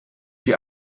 wir